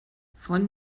von